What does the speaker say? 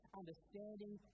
understanding